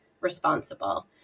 responsible